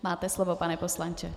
Máte slovo, pane poslanče.